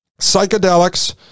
psychedelics